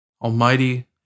Almighty